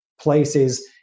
places